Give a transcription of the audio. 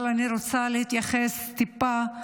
אבל אני רוצה להתייחס טיפה,